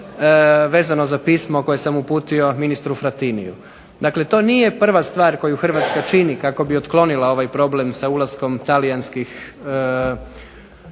vezano za pismo koje sam uputio ministru Frattiniju. Dakle to nije prva stvar koju Hrvatska čini kako bi otklonila ovaj problem sa ulaskom talijanskih